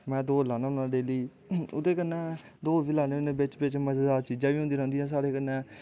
में दौड़ लान्ना होना डेल्ली ओह्दे कन्नै दौड़ बी लान्ने होने बिच्च बिच चीजां बी होंदियां रौंह्दियां साढ़े कन्नै